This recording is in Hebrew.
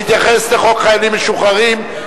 המתייחס לחוק חיילים משוחררים,